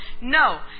No